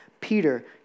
Peter